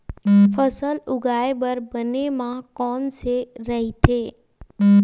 फसल उगाये बर बने माह कोन से राइथे?